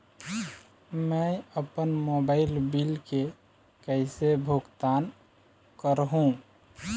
मैं अपन mobile bill के कैसे भुगतान कर हूं?